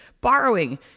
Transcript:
borrowing